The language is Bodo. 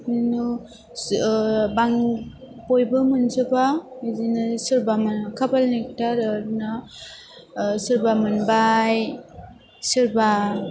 बिदिनो बां बयबो मोनजोबा बिदिनो सोरबा मोन खाफालनि खोथा आरो बिदिनो सोरबा मोनबाय सोरबा